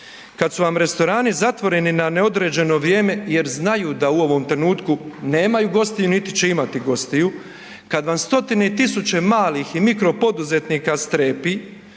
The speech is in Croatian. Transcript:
kad su vam restorani zatvoreni na neodređeno vrijeme jer znaju da u ovom trenutku nemaju gostiju, niti će imati gostiju, kad vam stotine i tisuće malih i mikro poduzetnika strepi